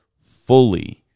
fully